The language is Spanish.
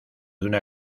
una